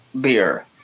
beer